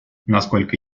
насколько